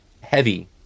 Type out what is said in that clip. heavy